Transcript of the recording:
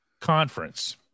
conference